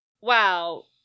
Wow